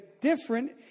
different